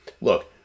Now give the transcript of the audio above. Look